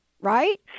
Right